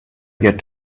get